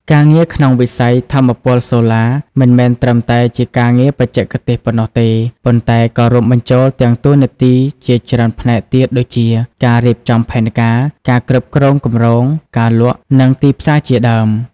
ការងារក្នុងវិស័យថាមពលសូឡា មិនមែនត្រឹមតែជាការងារបច្ចេកទេសប៉ុណ្ណោះទេ ប៉ុន្តែក៏រួមបញ្ចូលទាំងតួនាទីជាច្រើនផ្នែកទៀតដូចជា ការរៀបចំផែនការ ការគ្រប់គ្រងគម្រោង ការលក់ និងទីផ្សារជាដើម។